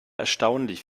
erstaunlich